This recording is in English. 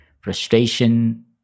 frustration